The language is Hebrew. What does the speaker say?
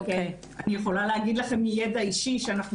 אני יכולה להגיד לכם מידע אישי שאנחנו